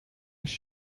als